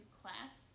class